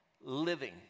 living